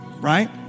right